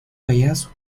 payaso